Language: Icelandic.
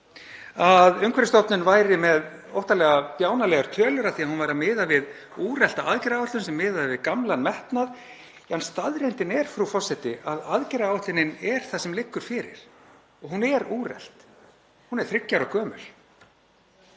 að Umhverfisstofnun væri með óttalega bjánalegar tölur af því að hún væri að miða við úrelta aðgerðaáætlun sem miðaði við gamlan metnað. En staðreyndin er, frú forseti, að aðgerðaáætlunin er það sem liggur fyrir og hún er úrelt, hún er þriggja ára gömul.